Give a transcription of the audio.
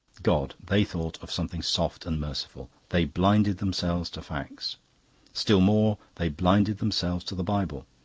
god they thought of something soft and merciful. they blinded themselves to facts still more, they blinded themselves to the bible.